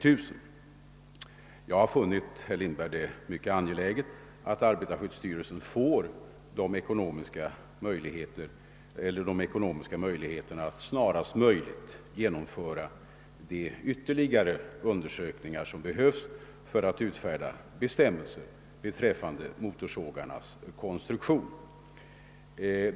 Jag har funnit det mycket angeläget, herr Lindberg, att arbetarskyddsstyrelsen får de ekonomiska möjligheterna att snarast genomföra de ytterligare undersökningar som behövs för att utfärda bestämmelser beträffande motorsågarnas konstruktion.